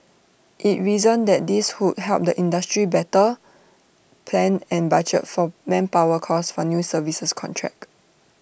IT reasoned that this would help the industry better plan and budget for manpower costs for new service contracts